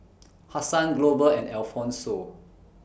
Hassan Glover and Alfonso